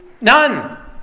None